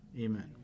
Amen